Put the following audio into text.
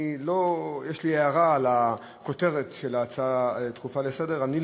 שיש לי הערה על הכותרת של ההצעה הדחופה לסדר-היום.